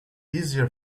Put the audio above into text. easier